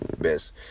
best